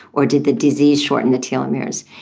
or did the disease shorten the telomeres?